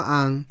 ang